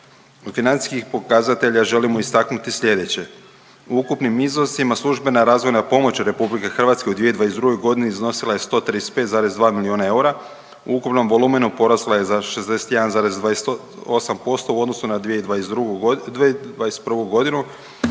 Od financijskih pokazatelja želimo istaknuti slijedeće, u ukupnim iznosima službena razvojna pomoć RH u 2022.g. iznosila je 135,2 milijuna eura, u ukupnom volumenu porasla je za 61,28% u odnosu na 2021.g.